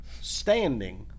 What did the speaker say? standing